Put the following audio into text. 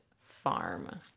farm